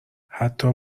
حتی